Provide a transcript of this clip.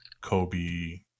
Kobe